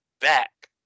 back